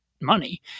money